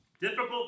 Difficult